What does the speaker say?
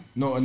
no